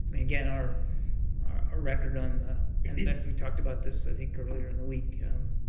again, our our record on in fact, we talked about this, i think, earlier in the week,